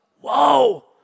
Whoa